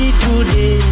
today